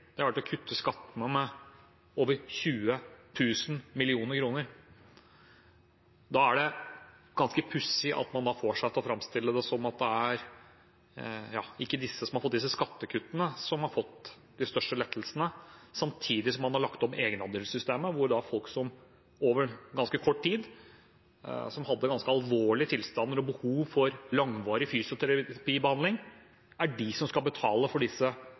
å kutte skattene med over 20 000 mill. kr. Da er det ganske pussig at man får seg til å framstille det som om det ikke er dem som har fått disse skattekuttene, som har fått de største lettelsene, samtidig som man har lagt om egenandelssystemet over ganske kort tid, og hvor folk som har ganske alvorlige tilstander og behov for langvarig fysioterapibehandling, er de som skal betale for disse